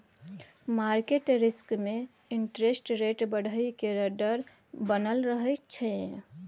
market risk में interest rate बढ़इ के डर बनल रहइ छइ